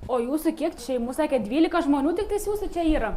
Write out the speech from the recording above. o jūsų kiek šeimų sakėt dvylika žmonių tiktais jūsų čia yra